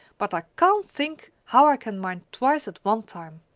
but i can't think how i can mind twice at one time.